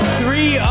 three